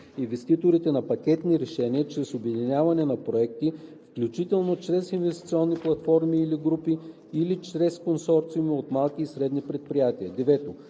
инвеститорите за пакетни решения чрез обединяване на проекти, включително чрез инвестиционни платформи или групи, и чрез консорциуми от малки и средни предприятия;